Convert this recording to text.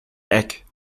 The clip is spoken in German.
egg